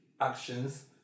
actions